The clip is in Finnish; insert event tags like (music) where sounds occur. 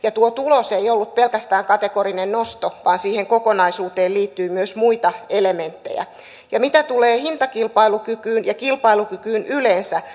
tuo tulos ei ollut pelkästään kategorinen nosto vaan siihen kokonaisuuteen liittyi myös muita elementtejä mitä tulee hintakilpailukykyyn ja kilpailukykyyn yleensä (unintelligible)